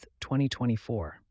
2024